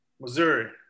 Missouri